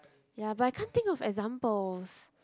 ya but I can't think of examples